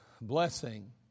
blessing